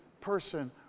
person